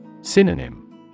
Synonym